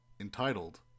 entitled